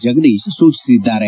ಜಗದೀಶ್ ಸೂಚಿಸಿದ್ದಾರೆ